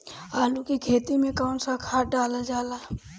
आलू के खेती में कवन सा खाद डालल जाला?